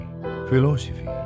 philosophy